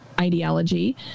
ideology